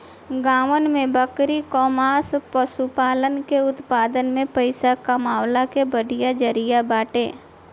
गांवन में बकरी कअ मांस पशुपालन के उत्पादन में पइसा कमइला के बढ़िया जरिया बाटे